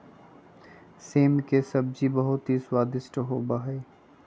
सेम के सब्जी बहुत ही स्वादिष्ट होबा हई